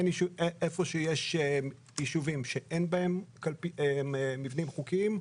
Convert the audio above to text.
במקום שיש יישובים שאין בהם חוקים,